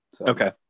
Okay